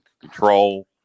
control